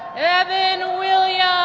evan williams.